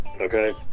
Okay